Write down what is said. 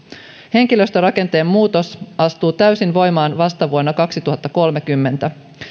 henkilöstörakenteen muutos astuu täysin voimaan vasta vuonna kaksituhattakolmekymmentä